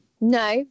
No